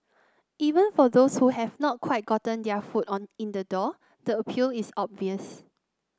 even for those who have not quite gotten their foot on in the door the appeal is obvious